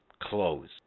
close